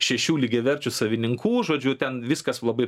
šešių lygiaverčių savininkų žodžiu ten viskas labai